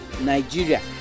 Nigeria